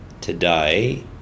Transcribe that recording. today